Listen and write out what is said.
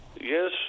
Yes